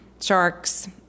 sharks